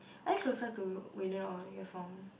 are you closer to wei-lun or yue-feng your phone